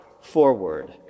forward